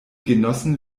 genossen